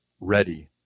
ready